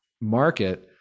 market